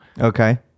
Okay